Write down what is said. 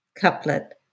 couplet